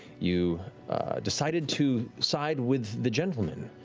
you decided to side with the gentleman,